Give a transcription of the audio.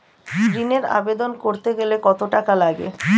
ঋণের আবেদন করতে গেলে কত টাকা লাগে?